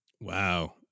Wow